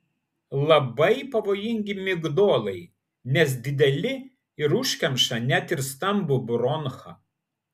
labai pavojingi migdolai nes dideli ir užkemša net ir stambų bronchą